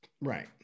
Right